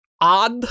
odd